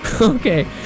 Okay